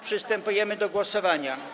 Przystępujemy do głosowania.